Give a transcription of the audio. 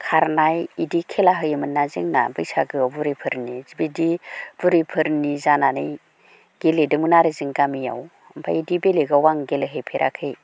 खारनाय इदि खेला होयोमोनना जोंना बैसागोआव बुरिफोरनि बिदि बुरिफोरनि जानानै गेलेदोंमोन आरो जों गामियाव ओमफाय इदि बेलेगाव आं गेलेहैफेराखै